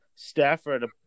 Stafford